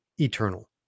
eternal